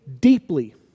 deeply